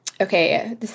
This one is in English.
okay